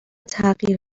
تغییر